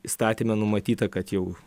įstatyme numatyta kad jau